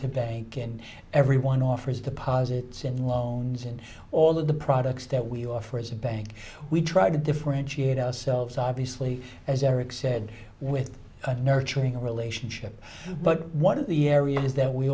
to bank and everyone offers deposits and loans and all of the products that we offer as a bank we try to differentiate ourselves obviously as eric said with nurturing a relationship but one of the areas that we